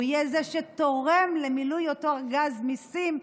הוא יהיה זה שתורם למילוי אותו ארגז מיסים,